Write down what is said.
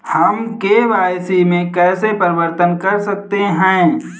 हम के.वाई.सी में कैसे परिवर्तन कर सकते हैं?